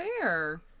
fair